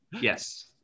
Yes